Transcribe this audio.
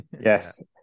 Yes